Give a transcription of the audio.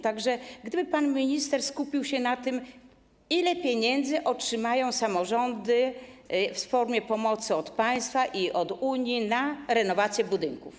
Tak że gdyby pan minister skupił się na odpowiedzi na pytanie: Ile pieniędzy otrzymają samorządy w formie pomocy od państwa i od Unii na renowację budynków?